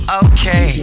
okay